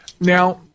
Now